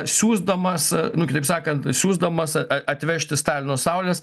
siųsdamas nu kitaip sakant siųsdamas a atvežti stalino saulės